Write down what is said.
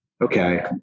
Okay